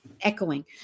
echoing